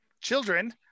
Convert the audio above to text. children